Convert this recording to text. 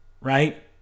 right